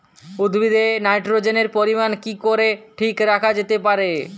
উদ্ভিদে নাইট্রোজেনের পরিমাণ কি করে ঠিক রাখা যেতে পারে?